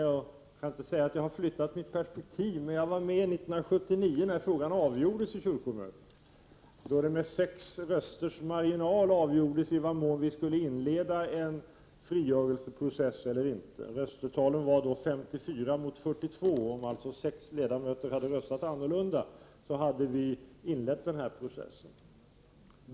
Jag kan inte säga att jag har flyttat mitt perspektiv. Men jag var med 1979, när frågan avgjordes i kyrkomötet — då det med sex rösters marginal avgjordes om vi skulle inleda en frigörelseprocess eller inte. Röstetalen var då 54 mot 42. Om 6 ledamöter hade röstat annorlunda, så hade vi inlett den här processen.